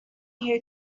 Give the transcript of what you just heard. year